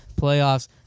Playoffs